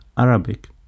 Arabic